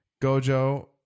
Gojo